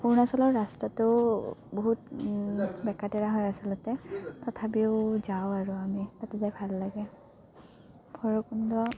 অৰুণাচলৰ ৰাস্তাটো বহুত বেকা তেৰা হয় আচলতে তথাপিও যাওঁ আৰু আমি তাতে যায় ভাল লাগে ভৈৰৱকুণ্ড